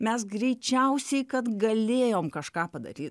mes greičiausiai kad galėjom kažką padaryt